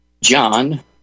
John